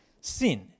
Sin